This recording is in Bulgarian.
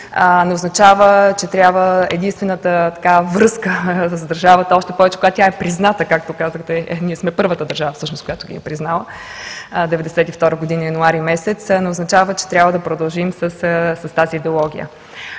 Не означава, че трябва единствената връзка за държавата, още повече когато тя е призната – както казахте, ние сме първата държава, която ги е признала януари месец 1992 г. – не означава, че трябва да продължим с тази идеология.